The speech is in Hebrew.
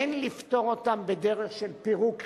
אין לפתור אותן בדרך של פירוק חברה,